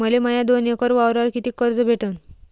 मले माया दोन एकर वावरावर कितीक कर्ज भेटन?